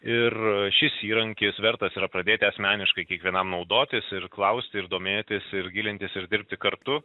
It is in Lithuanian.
ir šis įrankis vertas yra pradėti asmeniškai kiekvienam naudotis ir klausti ir domėtis ir gilintis ir dirbti kartu